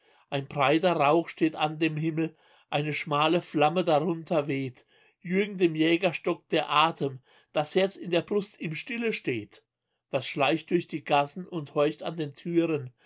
ein breiter rauch steht an dem himmel eine schmale flamme darunter weht jürgen dem jäger stockt der atem das herz in der brust ihm stille steht was schleicht durch die gassen und horcht an den türen